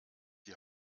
die